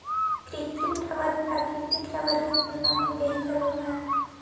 कृत्रिम रबर प्राकृतिक रबर के तुलना में बेहतर होवऽ हई